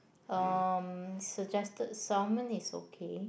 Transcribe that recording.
um suggested salmon is okay